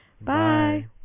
Bye